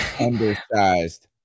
undersized